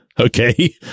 Okay